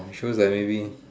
I'm sure that maybe